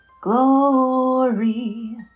glory